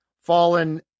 fallen